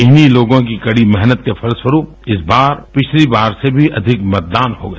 इन्हीं लोगों की कड़ी मेहनत के फलस्वरूप इस बार पिछली बार से भी अधिक मतदान हो गया